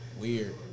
Weird